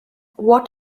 what